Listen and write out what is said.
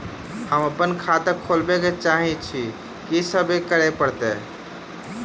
हम अप्पन खाता खोलब चाहै छी की सब करऽ पड़त?